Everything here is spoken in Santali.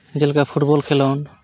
ᱡᱮᱞᱮᱠᱟ ᱯᱷᱩᱴᱵᱚᱞ ᱠᱷᱮᱞᱳᱰ